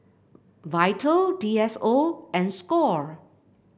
Vital D S O and Score